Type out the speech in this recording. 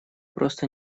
просто